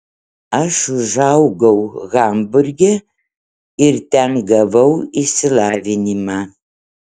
aš užaugau hamburge ir ten gavau išsilavinimą